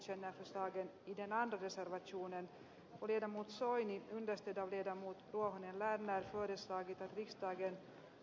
kohtuuton myöhästymismaksu kaksikymmentä prosenttia puolitetaan eli yrittäjiä ei rangaista kahdenkymmenen prosentin vuotuisella korolla